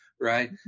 Right